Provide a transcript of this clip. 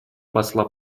посла